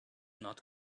not